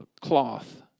cloth